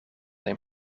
een